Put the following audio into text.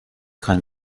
kein